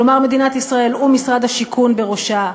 כלומר, מדינת ישראל, ומשרד השיכון בראשה,